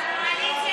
מה את רוצה שאני אעשה?